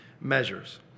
measures